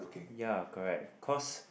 ya correct cause